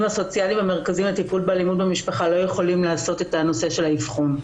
הסוציאליים במרכזים לטיפול באלימות במשפחה לא יכולים לעשות את זה האבחון.